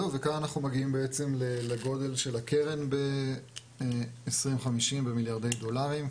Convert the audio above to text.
כאן אנחנו מגיעים לגודל הקרן ב-2050 במיליארדי דולרים,